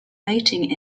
mating